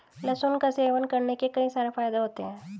लहसुन का सेवन करने के कई सारे फायदे होते है